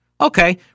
Okay